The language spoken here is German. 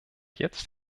jetzt